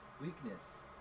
Weakness